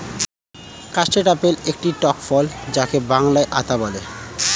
custard apple একটি টক ফল যাকে বাংলায় আতা বলে